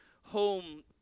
home